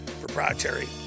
proprietary